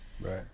Right